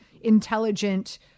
intelligent